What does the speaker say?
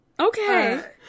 Okay